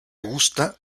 gusta